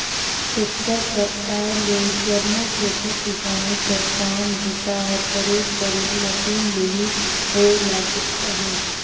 tractor कर आए ले जम्मो खेती किसानी कर काम बूता हर करीब करीब मसीन ले ही होए लगिस अहे